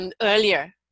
earlier